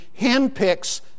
handpicks